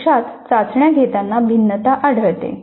प्रत्यक्षात चाचण्या घेतांना भिन्नता आढळते